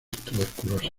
tuberculosis